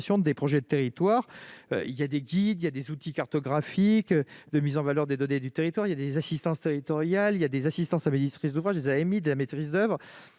des projets de territoire. Il existe des guides, des outils cartographiques de mise en valeur des données du territoire, des assistances territoriales, des assistances à maîtrise d'ouvrage, de la maîtrise d'oeuvre,